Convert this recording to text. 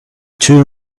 two